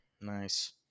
Nice